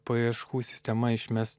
paieškų sistema išmes